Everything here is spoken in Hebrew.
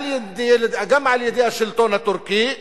גם על-ידי השלטון הטורקי,